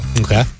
Okay